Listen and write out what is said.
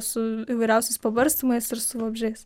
su įvairiausiais pabarstymais ir su vabzdžiais